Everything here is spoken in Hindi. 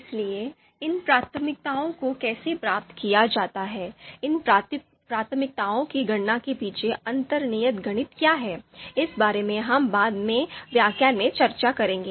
इसलिए इन प्राथमिकताओं को कैसे प्राप्त किया जाता है इन प्राथमिकताओं की गणना के पीछे अंतर्निहित गणित क्या है इस बारे में हम बाद में व्याख्यान में चर्चा करेंगे